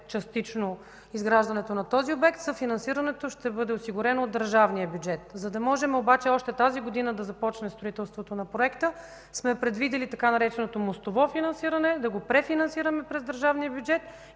частично изграждането на този обект. Съфинансирането ще бъде осигурено от държавния бюджет. За да можем обаче още тази година да започне строителството на проекта, сме предвидили така нареченото „мостово финансиране” да го префинансираме през държавния бюджет